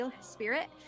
spirit